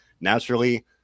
naturally